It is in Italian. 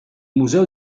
museo